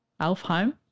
Alfheim